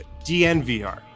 DNVR